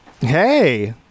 Hey